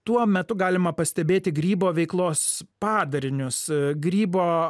tuo metu galima pastebėti grybo veiklos padarinius grybo